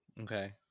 Okay